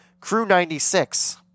Crew96